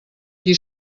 qui